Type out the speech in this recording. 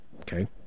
Okay